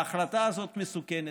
ההחלטה הזאת מסוכנת,